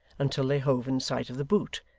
until they hove in sight of the boot,